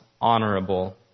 honorable